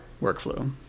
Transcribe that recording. workflow